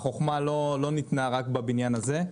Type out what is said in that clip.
החוכמה לא ניתנה רק בבניין הזה,